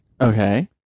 Okay